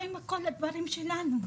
מה עם כל הדברים שלנו?